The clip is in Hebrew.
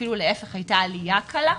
אפילו להפך הייתה עלייה קלה.